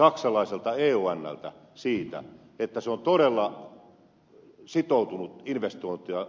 onltä siitä että se on todella sitoutunut